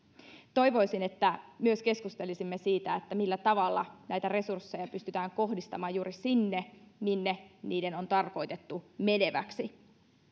toivoisin että keskustelisimme myös siitä millä tavalla näitä resursseja pystytään kohdistamaan juuri sinne minne niiden on tarkoitettu menevän